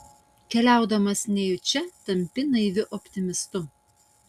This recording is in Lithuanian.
keliaudamas nejučia tampi naiviu optimistu